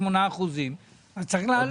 וצריך להעלות.